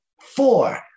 Four